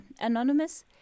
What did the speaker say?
Anonymous